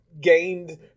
gained